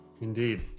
Indeed